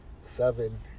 seven